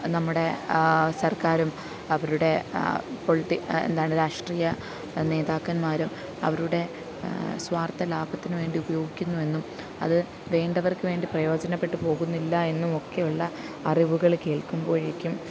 നംംമുടെ സര്ക്കാരും അവരുടെ എന്താണ് രാഷ്ട്രീയ നേതാക്കന്മാരോ അവരുടെ സ്വാര്ത്ഥ ലാഭത്തിന് വേണ്ടി ഉപയോഗിക്കുന്നുവെന്നും അത് വേണ്ടവര്ക്ക് വേണ്ടി പ്രയോജനപ്പെട്ട് പോകുന്നില്ല എന്നും ഒക്കെയുള്ള അറിവുകൾ കേള്ക്കുമ്പോഴേക്കും